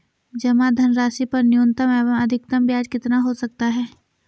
जमा धनराशि पर न्यूनतम एवं अधिकतम ब्याज कितना हो सकता है?